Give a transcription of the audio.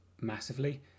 massively